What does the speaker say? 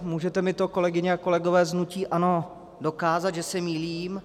Můžete mi to, kolegyně a kolegové z hnutí ANO dokázat, že se mýlím.